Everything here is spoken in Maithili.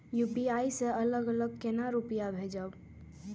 यू.पी.आई से अलग अलग केना रुपया भेजब